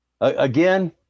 again